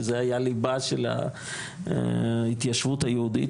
כי זה היה ליבה של ההתיישבות היהודית